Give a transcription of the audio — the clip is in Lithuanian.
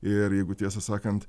ir jeigu tiesą sakant